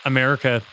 America